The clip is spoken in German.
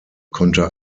konnte